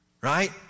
right